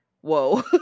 whoa